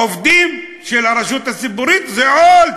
עובדים של הרשות הציבורית זה עול,